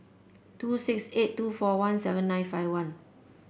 two six eight two four one seven nine five one